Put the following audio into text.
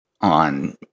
on